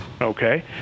Okay